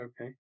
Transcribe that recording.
okay